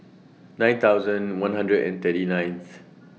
nine thousand one hundred and thirty ninth